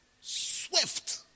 swift